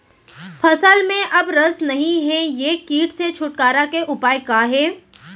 फसल में अब रस नही हे ये किट से छुटकारा के उपाय का हे?